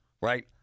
right